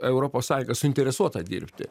europos sąjunga suinteresuota dirbti